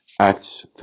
Acts